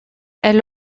elle